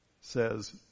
says